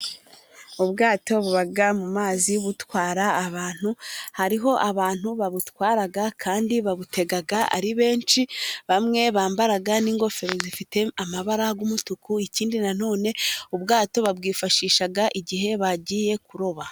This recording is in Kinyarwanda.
Ubwato buba mu mazi butwara abantu. Hariho abantu babutwara kandi babutega ari benshi, bamwe bambara n'ingofero zifite amabara y'umutuku. Ikindi na none ubwato babwifashisha igihe bagiye kuroba.